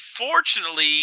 Unfortunately